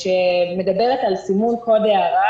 שמדברת על סימון קוד הערה